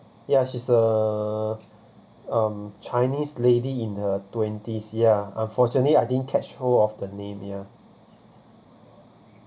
ya she's a um chinese lady in her twenties ya unfortunately I didn't catch hold of the name ya